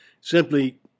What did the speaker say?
Simply